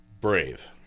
Brave